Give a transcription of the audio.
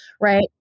right